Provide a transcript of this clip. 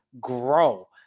grow